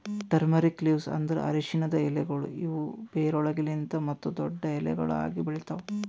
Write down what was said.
turmeric leaves ಅಂದುರ್ ಅರಶಿನದ್ ಎಲೆಗೊಳ್ ಇವು ಬೇರುಗೊಳಲಿಂತ್ ಮತ್ತ ದೊಡ್ಡು ಎಲಿಗೊಳ್ ಆಗಿ ಬೆಳಿತಾವ್